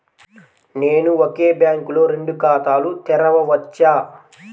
నేను ఒకే బ్యాంకులో రెండు ఖాతాలు తెరవవచ్చా?